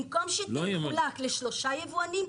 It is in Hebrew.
במקום שתחולק לשלושה יבואנים,